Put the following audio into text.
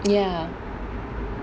ya